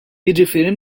jiġifieri